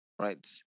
right